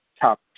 top